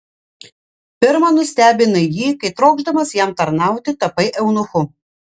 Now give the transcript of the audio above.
pirma nustebinai jį kai trokšdamas jam tarnauti tapai eunuchu